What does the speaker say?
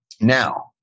Now